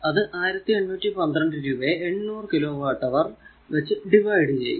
അത് 1812 രൂപയെ 800 kilo watt അവർ വച്ച് ഡിവൈഡ് ചെയ്യുക